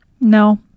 No